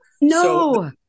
no